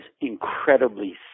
incredibly